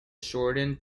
shortened